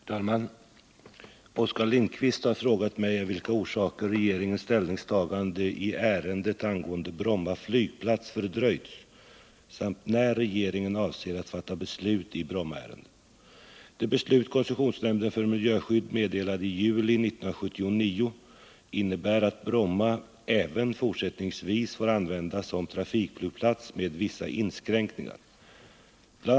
Herr talman! Oskar Lindkvist har frågat mig av vilka orsaker regeringens ställningstagande i ärendet angående Bromma flygplats fördröjts samt när regeringen avser att fatta beslut i Brommaärendet. Det beslut koncessionsnämnden för miljöskydd meddelade i juli 1979 innebär att Bromma även fortsättningsvis får användas som trafikflygplats med vissa inskränkningar. Bl.